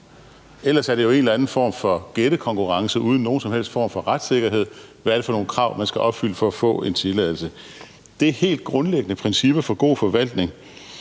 Ellers er det jo en eller anden form for gættekonkurrence uden nogen som helst form for retssikkerhed, med hensyn til hvad det er for nogle krav, man skal opfylde for at få en tilladelse. Så det er nogle helt grundlæggende principper for god forvaltning,